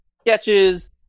sketches